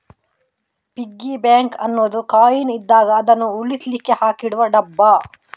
piggy bank ಅನ್ನುದು coin ಇದ್ದಾಗ ಅದನ್ನು ಉಳಿಸ್ಲಿಕ್ಕೆ ಹಾಕಿಡುವ ಡಬ್ಬ